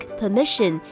permission